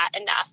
enough